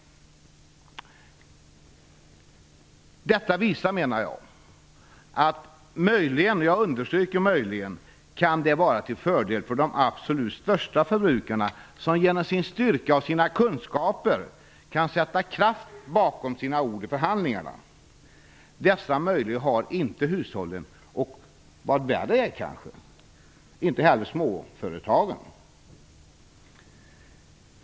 Detta visar att möjligen, och jag understryker möjligen, kan avregleringen vara till fördel för de absolut största förbrukarna som genom sin styrka och sina kunskaper kan sätta kraft bakom sina ord i förhandlingarna. Dessa möjligheter har inte hushållen och, vad kanske värre är, inte heller småföretagen.